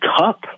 Cup